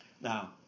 Now